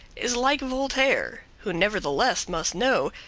is like voltaire, who nevertheless must know,